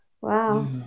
wow